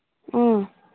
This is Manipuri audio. ꯎꯝ